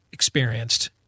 Experienced